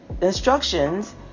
instructions